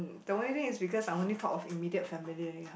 the only thing is because I only thought of immediate family only ya